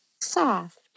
soft